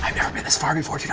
never been this far before.